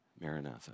Maranatha